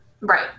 Right